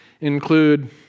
include